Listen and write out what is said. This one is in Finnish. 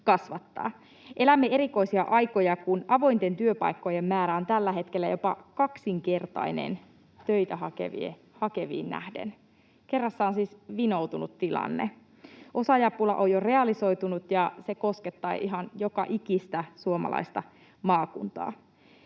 Elämme erikoisia aikoja, kun avointen työpaikkojen määrä on tällä hetkellä jopa kaksinkertainen töitä hakeviin nähden — kerrassaan siis vinoutunut tilanne. Osaajapula on jo realisoitunut, ja se koskettaa ihan joka ikistä suomalaista maakuntaa.